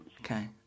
Okay